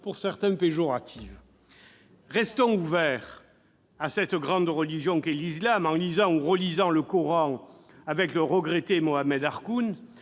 pour certains. Restons ouverts à cette grande religion qu'est l'islam en lisant ou relisant le Coran avec le regretté Mohammed Arkoun,